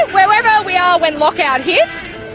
wherever we are when lockout hits,